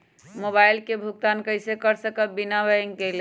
Mobile के भुगतान कईसे कर सकब बिना बैंक गईले?